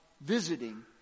visiting